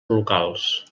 locals